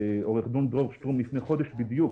דיבר על זה עו"ד דרור שטרום לפני חודש בדיוק